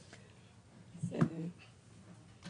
גם בסמס וגם בדואר אלקטרוני.